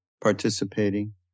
participating